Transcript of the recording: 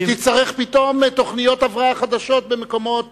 שתצטרך פתאום תוכניות הבראה חדשות במקומות